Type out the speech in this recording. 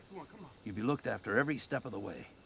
you'll be looked after every step of the way.